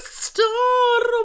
star